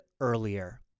earlier